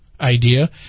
idea